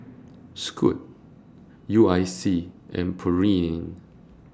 Scoot U I C and Pureen